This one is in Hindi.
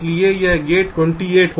इसलिए यह गेट 28 होगा